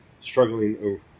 struggling